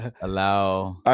allow